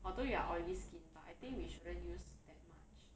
although you are oily skin but I think we shouldn't use that much